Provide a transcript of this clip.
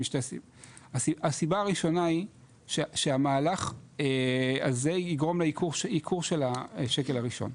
הסיבה הראשונה היא שהמהלך הזה יגרום לייקור של השקל הראשון,